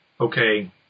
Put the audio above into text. okay